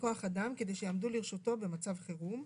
וכוח אדם, כדי שיעמדו לרשותו במצב חירום.